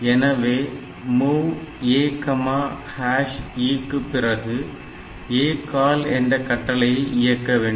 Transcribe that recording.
எனவே MOV AE க்கு பிறகு ACALL என்ற கட்டளையை இயக்க வேண்டும்